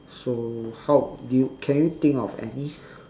so how do you can you think of any